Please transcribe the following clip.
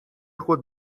خود